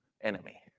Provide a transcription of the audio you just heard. enemy